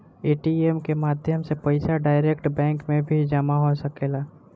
ATM के माध्यम से पईसा डायरेक्ट बैंक में भी जामा हो सकेला